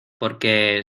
porque